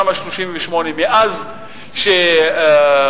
תמ"א 38, מאז שאושרה,